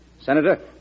Senator